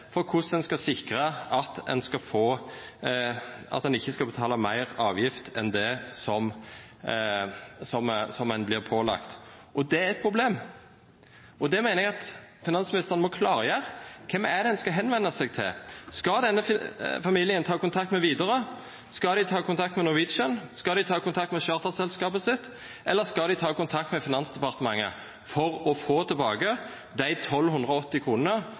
for korleis ein skal sikra at ein ikkje skal betala meir avgift enn det ein vert pålagd, og det er eit problem. Dette meiner eg at finansministeren må klargjera. Kven skal ein venda seg til? Skal denne familien ta kontakt med Widerøe, skal dei ta kontakt med Norwegian, skal dei ta kontakt med charterselskapet sitt, eller skal dei ta kontakt med Finansdepartementet for å få tilbake dei